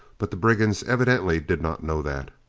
but the brigands evidently did not know that.